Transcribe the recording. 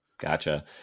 Gotcha